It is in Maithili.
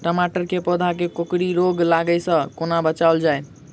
टमाटर केँ पौधा केँ कोकरी रोग लागै सऽ कोना बचाएल जाएँ?